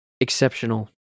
exceptional